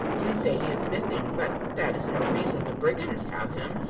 you say he is missing, but that is no reason the brigands have him,